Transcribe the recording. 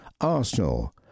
Arsenal